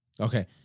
Okay